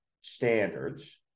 standards